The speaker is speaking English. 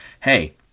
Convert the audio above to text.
hey